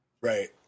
right